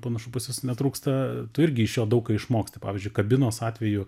panašu pas jus netrūksta tu irgi iš jo daug ko išmoksti pavyzdžiui kabinos atveju